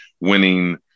winning